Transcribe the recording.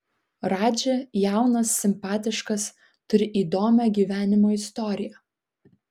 radži jaunas simpatiškas turi įdomią gyvenimo istoriją